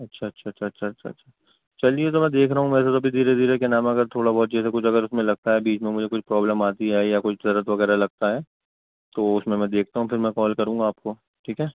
اچھا اچھا اچھا اچھا اچھا اچھا چلیئے تو میں دیکھ رہا ہوں ویسے تو ابھی دھیرے دھیرے کیا نام ہے ابھی تھوڑا بہت اگر کچھ اس میں لگتا ہے بیچ میں مجھے کچھ پرابلم آتی ہے یا کچھ وغیرہ لگتا ہے تو اس میں میں دیکھتا ہوں کہ میں کال کروں گا میں آپ کو ٹھیک ہے